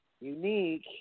unique